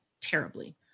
terribly